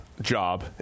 job